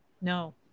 No